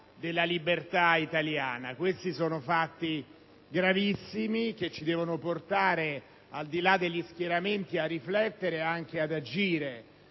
della libertà italiana. Questi sono fatti gravissimi, che ci devono portare, al di là degli schieramenti, a riflettere, e anche ad agire.